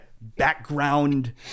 background